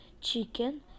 chicken